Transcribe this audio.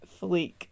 Fleek